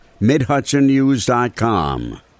MidHudsonNews.com